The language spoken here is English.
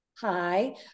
Hi